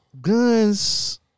Guns